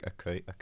okay